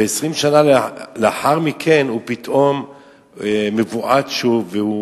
ו-20 שנה לאחר מכן הוא פתאום מבועת שוב והוא